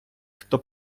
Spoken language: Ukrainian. хто